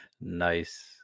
Nice